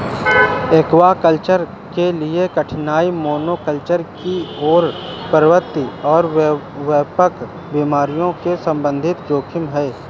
aquaculture के लिए कठिनाई मोनोकल्चर की ओर प्रवृत्ति और व्यापक बीमारी के संबंधित जोखिम है